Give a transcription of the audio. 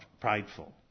prideful